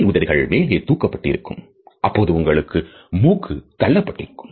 மேல் உதடுகள் மேலே தூக்கப்பட்டு இருக்கும் அப்போது உங்களுடைய மூக்கு தள்ளப்பட்டிருக்கும்